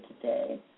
today